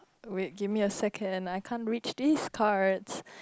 wait give me a second I can't reach this card